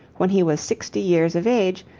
when he was sixty years of age,